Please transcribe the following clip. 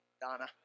Donna